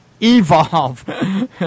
Evolve